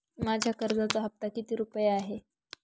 माझ्या कर्जाचा हफ्ता किती रुपये आहे?